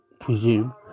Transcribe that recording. presume